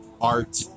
art